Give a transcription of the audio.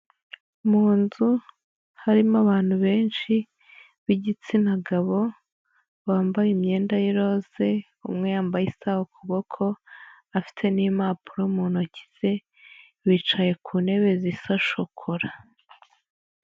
Mu nzu harimo abantu benshi b'igitsina gabo bambaye imyenda y'iroze, umwe yambaye isaha ku kuboko afite n'impapuro mu ntoki ze, bicaye ku ntebe zisa shokora.